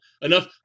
enough